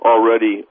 Already